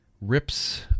rips